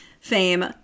fame